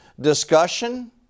discussion